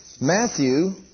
Matthew